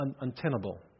untenable